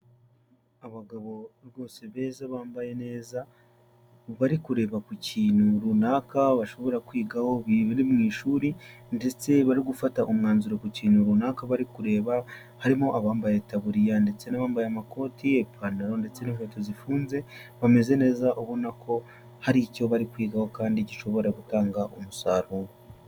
Abagabo rwose beza bambaye neza, bari kureba ku kintu runaka bashobora kwigaho biri mu ishuri ndetse bari gufata umwanzuro ku kintu runaka bari kureba, harimo abambayetaburiya ndetse n'abambaye amakoti, ipantaro ndetse n'inkweto zifunze, bameze neza ubona ko hari icyo bari kwigaho kandi gishobora gutanga umusaruro.